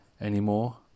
anymore